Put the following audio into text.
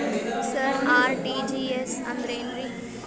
ಸರ RTGS ಅಂದ್ರ ಏನ್ರೀ?